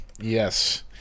Yes